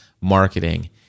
marketing